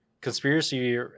conspiracy